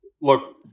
look